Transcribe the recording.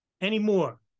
anymore